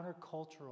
countercultural